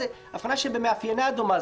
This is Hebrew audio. שבמאפייניה דומה.